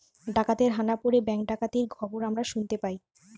ডাকাতের হানা পড়ে ব্যাঙ্ক ডাকাতির খবর আমরা শুনতে পাই